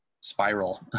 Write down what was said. spiral